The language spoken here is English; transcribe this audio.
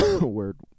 Word